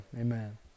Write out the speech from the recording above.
amen